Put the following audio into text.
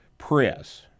press